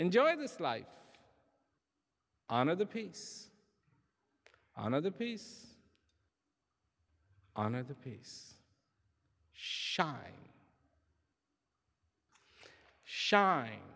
enjoy this life another piece another piece another piece shine sh